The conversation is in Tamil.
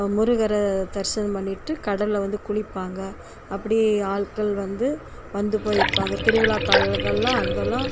முருகரை தரிசனம் பண்ணிவிட்டு கடலில் வந்து குளிப்பாங்க அப்படி ஆள்கள் வந்து வந்து போய் இருப்பாங்க அங்கே திருவிழா காலங்கள்லாம் அங்கேலாம்